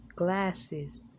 glasses